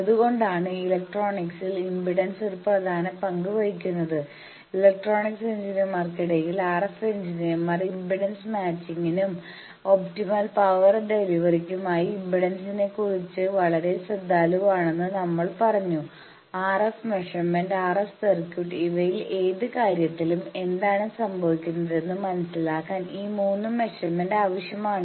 അതുകൊണ്ടാണ് ഇലക്ട്രോണിക്സിൽ ഇംപെഡൻസ് ഒരു പ്രധാന പങ്ക് വഹിക്കുന്നത് ഇലക്ട്രോണിക്സ് എഞ്ചിനീയർമാർക്കിടയിൽ RF എഞ്ചിനീയർമാർ ഇംപെഡൻസ് മാച്ചിങ്നും ഒപ്റ്റിമൽ പവർ ഡെലിവറിക്കുമുള്ള ഇംപെഡൻസിനെക്കുറിച്ച് വളരെ ശ്രദ്ധാലുവാണെന്ന് നമ്മൾ പറഞ്ഞു RF മെഷർമെന്റ് RF സർക്യൂട്ട് ഇവയിലെ ഏത് കാര്യത്തിലും എന്താണ് സംഭവിക്കുന്നതെന്ന് മനസിലാക്കാൻ ഈ 3 മെഷർമെന്റ് ആവശ്യമാണ്